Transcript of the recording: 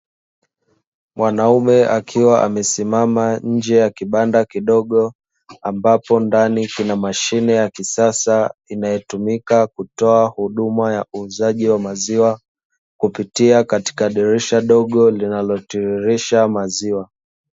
Mwanaume akiwa amesimama nje ya kibanda kidogo, ambapo ndani kuna mashine ya kisasa inayotumika kutoa huduma ya uuzaji wa maziwa kupitia katika dirisha dogo linalotiririsha maziwa.